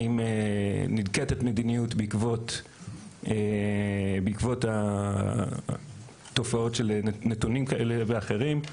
האם ננקטת מדיניות בעקבות התופעות של נתונים כאלה ואחרים.